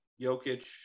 Jokic